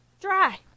dry